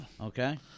Okay